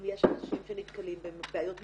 אם יש אנשים שנתקלים בבעיות נקודתיות,